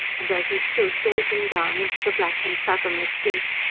and as he stood gazing down into the black and fathomless deep,